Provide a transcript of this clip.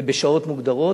ובשעות מוגדרות.